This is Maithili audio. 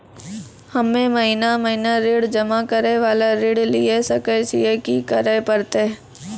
हम्मे महीना महीना ऋण जमा करे वाला ऋण लिये सकय छियै, की करे परतै?